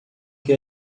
que